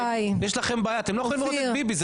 יש לכם בעיה אתם לא יכולים לראות את ביבי,